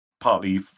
partly